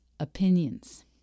opinions